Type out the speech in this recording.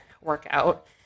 workout